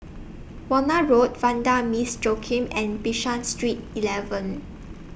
Warna Road Vanda Miss Joaquim and Bishan Street eleven